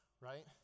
right